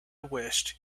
wished